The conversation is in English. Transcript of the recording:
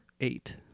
eight